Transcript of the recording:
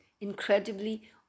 incredibly